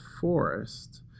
forest